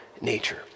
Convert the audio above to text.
nature